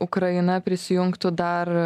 ukraina prisijungtų dar